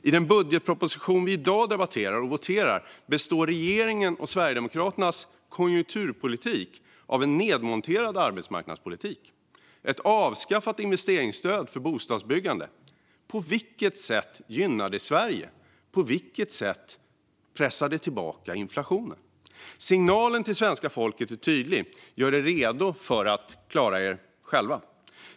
I den budgetproposition vi i dag debatterar och voterar om består regeringens och Sverigedemokraternas konjunkturpolitik av en nedmonterad arbetsmarknadspolitik och ett avskaffat investeringsstöd för bostadsbyggande. På vilket sätt gynnar detta Sverige? På vilket sätt pressar det tillbaka inflationen? Signalen till svenska folket är tydlig: Gör er redo för att klara er själva!